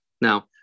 now